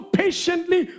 patiently